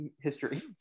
history